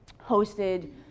hosted